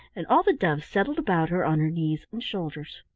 and all the doves settled about her on her knees and shoulders.